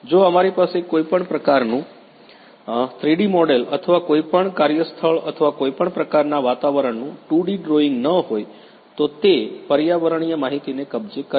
જો અમારી પાસે કોઈપણ પ્રકારનું 3ડી મોડેલ અથવા કોઈપણ કાર્યસ્થળ અથવા કોઈપણ પ્રકારના વાતાવરણનું 2D ડ્રોઇંગ ન હોય તો તે પર્યાવરણીય માહિતીને કબજે કરે છે